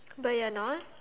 but you're not